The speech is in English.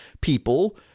people